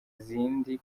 zindi